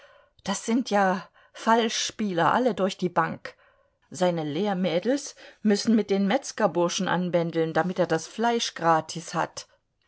das sind ja falschspieler alle durch die bank seine lehrmädels müssen mit den metzgerburschen anbändeln damit er das fleisch gratis hat